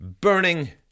burning